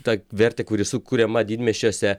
tą vertę kuri sukuriama didmiesčiuose